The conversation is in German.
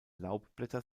laubblätter